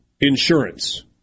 insurance